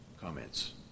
comments